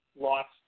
lost